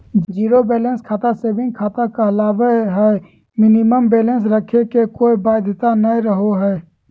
zero balance खाता saving खाता कहलावय हय मिनिमम बैलेंस रखे के कोय बाध्यता नय रहो हय